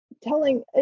telling